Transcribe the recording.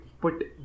put